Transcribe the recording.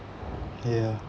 ya